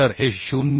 तर हे 0